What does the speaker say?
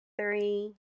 three